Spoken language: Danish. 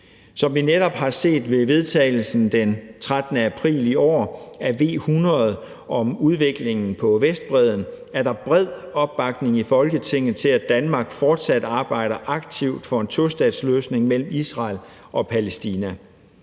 Som vi netop har set ved vedtagelsen den 13. april i år af V 100 om udviklingen på Vestbredden, er der bred opbakning i Folketinget til, at Danmark fortsat arbejder aktivt for en tostatsløsning mellem Israel og Palæstina.